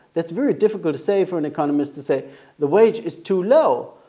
that's very difficult to say, for an economist to say the wage is too low.